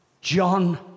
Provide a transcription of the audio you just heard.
John